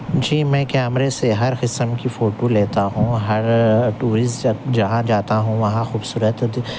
جی میں کیمرے سے ہر قسم کی فوٹو لیتا ہوں ہر ٹورسٹ جہاں جاتا ہوں وہاں خوبصورت